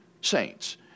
saints